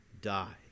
die